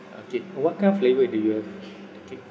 okay uh what kind of flavour do you have the cake